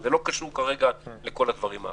זה לא קשור לכל הדברים האחרים.